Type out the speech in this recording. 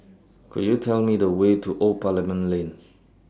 Could YOU Tell Me The Way to Old Parliament Lane